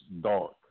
dark